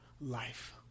life